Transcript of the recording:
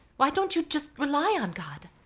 why don't you just rely on god?